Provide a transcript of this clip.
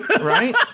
Right